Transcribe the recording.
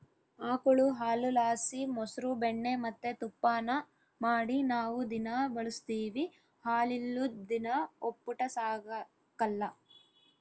ಆಕುಳು ಹಾಲುಲಾಸಿ ಮೊಸ್ರು ಬೆಣ್ಣೆ ಮತ್ತೆ ತುಪ್ಪಾನ ಮಾಡಿ ನಾವು ದಿನಾ ಬಳುಸ್ತೀವಿ ಹಾಲಿಲ್ಲುದ್ ದಿನ ಒಪ್ಪುಟ ಸಾಗಕಲ್ಲ